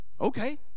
Okay